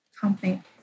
company